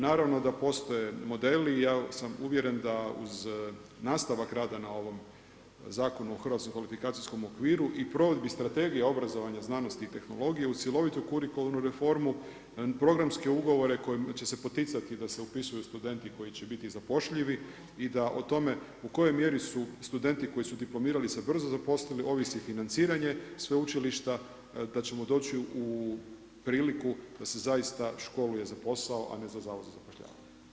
Naravno da postoje modeli i ja sam uvjeren, da uz nastavka rada Zakona o hrvatskom kvalifikacijskom okviru i provede strategije obrazovanja, znanosti i tehnologiju u cjelovitu kurikularnu reformu, programske ugovore kojima će se poticati da se upisuju studenti koji će biti zapošljava i da o tome, u kojoj mjeri su studenti koji su diplomirali, se brzo zaposlili, ovisi financiranje sveučilišta, da ćemo doći u priliku da se zaista školuje za posao, a ne za Zavod za zapošljavanje.